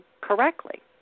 correctly